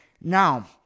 Now